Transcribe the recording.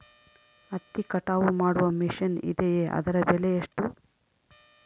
ಹತ್ತಿ ಕಟಾವು ಮಾಡುವ ಮಿಷನ್ ಇದೆಯೇ ಅದರ ಬೆಲೆ ಎಷ್ಟು?